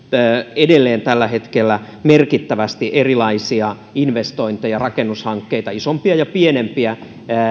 edelleen tällä hetkellä merkittävästi erilaisia investointeja ja rakennushankkeita isompia ja pienempiä